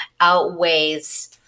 outweighs